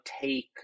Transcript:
take